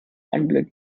anblick